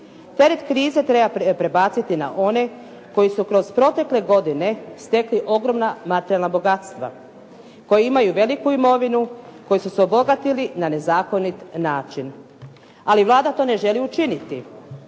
Teret krize treba prebaciti na one koji su kroz protekle godine stekli ogromna materijalna bogatstva, koji imaj veliku imovinu, koji su se obogatili na nezakoniti način. Ali Vlada to ne želi učiniti.